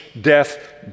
death